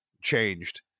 changed